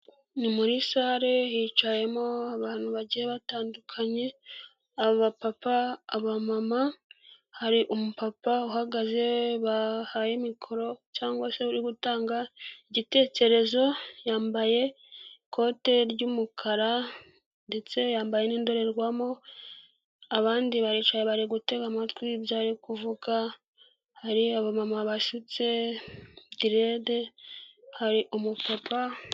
Muri sare hicayemo abantu bagiye batandukanye, abapapa, abamama, hari umupapa uhagaze bahaye mikoro cyangwa se uri gutanga igitekerezo, yambaye ikote ry'umukara ndetse yambaye n'indorerwamo, abandi baricaye bari gutega amatwi ibyo ari kuvuga, hari abamama basutse direde, hari umupapa.